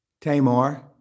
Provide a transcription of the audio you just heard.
Tamar